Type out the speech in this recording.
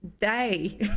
Day